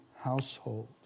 household